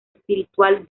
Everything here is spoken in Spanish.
espiritual